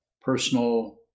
personal